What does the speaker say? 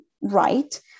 right